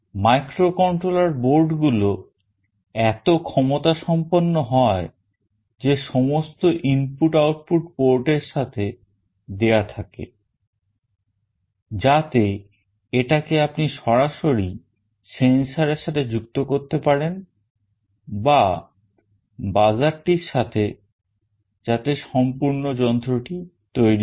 Microcontroller boardগুলো এত ক্ষমতা সম্পন্ন হয় যে সমস্ত ইনপুট আউটপুট port এর সাথে দেয়া থাকে যাতে এটাকে আপনি সরাসরি sensorএর সাথে যুক্ত করতে পারেনবা buzzer টির সাথে যাতে সম্পূর্ণ যন্ত্রটি তৈরি হয়